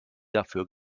dafür